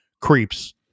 creeps